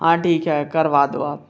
हाँ ठीक है करवा दो आप